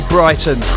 Brighton